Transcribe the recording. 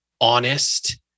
honest